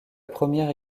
première